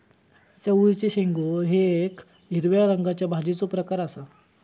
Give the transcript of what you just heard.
चवळीचे शेंगो हे येक हिरव्या रंगाच्या भाजीचो प्रकार आसा